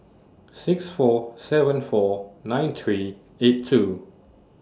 six four seven four nine three eight two